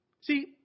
See